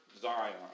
Zion